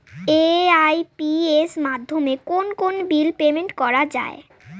AEPS মাধ্যমে কোন কোন বিল পেমেন্ট করা যায়?